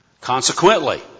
Consequently